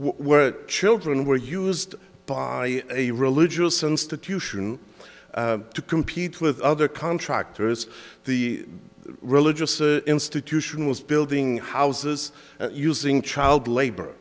where children were used by a religious institution to compete with other contractors the religious institution was building houses using child labor